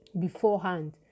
beforehand